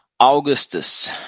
Augustus